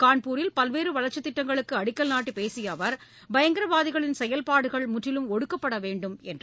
கான்பூரில் பல்வேறு வளர்ச்சி திட்டங்களுக்கு அடிக்கல் நாட்டி பேசிய அவர் பயங்கரவாதிகளின் செயல்பாடுகள் முற்றிலும் ஒடுக்கப்படவேண்டும் என்று கூறினார்